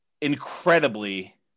incredibly